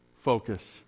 Focus